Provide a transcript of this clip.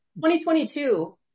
2022